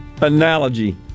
analogy